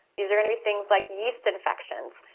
these are gonna be things like yeast infections,